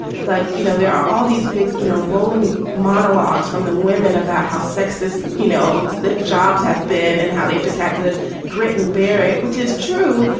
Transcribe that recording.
like, you know, there are all these big, you know, rolling monologues from the women about how sexist, you know, the jobs have been and how they've just had to grit and bear it, which is true.